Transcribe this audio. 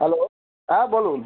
hello অ্যাঁ বলুন